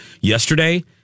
yesterday